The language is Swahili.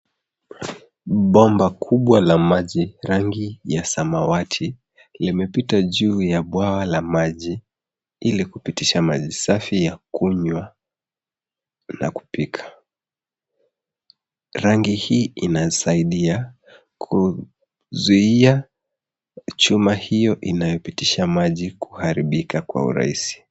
Bomba kubwa la maji, rangi ya samawati limepita juu ya bwawa la maji ili kupitisha maji safi ya kunywa na kupika. Rangi hii inasaidia kuzui chuma hiyo inayopitisha maji kuharibika kwa urahisi.